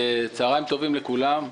צהריים טובים לכולם.